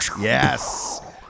Yes